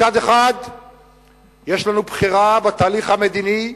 מצד אחד יש לנו בחירה בתהליך המדיני,